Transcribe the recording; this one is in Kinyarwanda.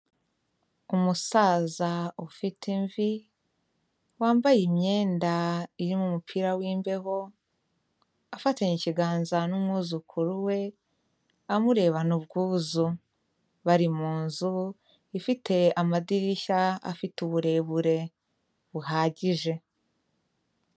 Umusaza ufite imvi, wambaye imyenda irimo umupira w'imbeho afatanya ikiganza n'umwuzukuru we amurebana ubwuzu, bari mu nzu ifite amadirishya afite uburebure buhagije.